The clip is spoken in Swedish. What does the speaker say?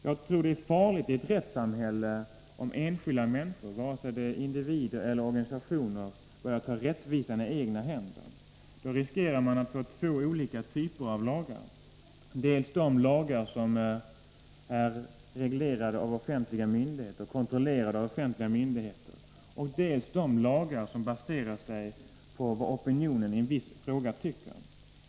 Jag tror att det i ett rättssamhälle är farligt om enskilda människor, vare sig det är individer eller organisationer, börjar ta rättvisan i egna händer. Då riskerar man att få två olika typer av lagar, dels de lagar som är reglerade och kontrollerade av offentliga myndigheter, dels de lagar som baserar sig på vad opinionen i en viss fråga tycker.